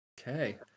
Okay